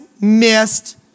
missed